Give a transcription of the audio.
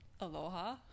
Aloha